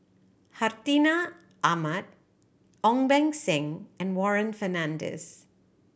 Hartinah Ahmad Ong Beng Seng and Warren Fernandez